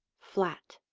flat.